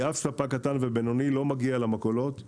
אף ספק קטן ובינוני לא מגיע למכולות,